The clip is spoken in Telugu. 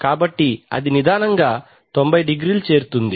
కాబటి అది నిదానముగా 90 డిగ్రీలు చేరుతుంది